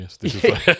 Yes